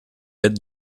bête